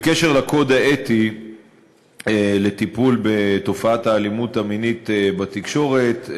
בקשר לקוד האתי לטיפול בתופעת האלימות המינית בתקשורת,